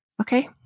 Okay